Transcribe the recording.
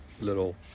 little